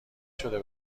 شده